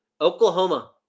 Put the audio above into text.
Oklahoma